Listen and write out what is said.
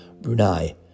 Brunei